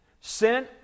Sin